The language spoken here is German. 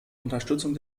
unterstützung